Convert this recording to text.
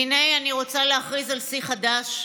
והינה, אני רוצה להכריז על שיא חדש,